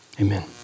amen